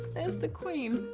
there's the queen!